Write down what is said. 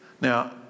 Now